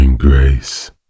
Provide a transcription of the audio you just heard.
Grace